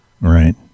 right